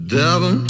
devil